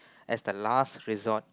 as the last resort